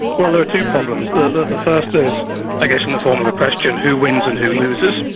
well, there are two problems. the the first is i guess in the form of a question who wins and who loses?